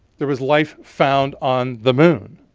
there was life found on the moon.